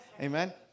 amen